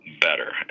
better